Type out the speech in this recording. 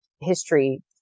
history